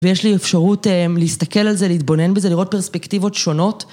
ויש לי אפשרות להסתכל על זה, להתבונן בזה, לראות פרספקטיבות שונות.